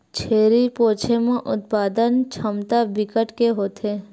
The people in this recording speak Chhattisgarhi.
छेरी पोछे म उत्पादन छमता बिकट के होथे